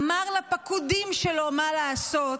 אמר לפקודים שלו מה לעשות.